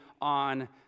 on